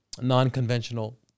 non-conventional